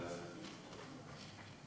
להעביר לוועדת הכספים.